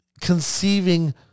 conceiving